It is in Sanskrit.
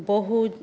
बहु